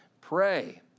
Pray